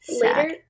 Later